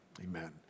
amen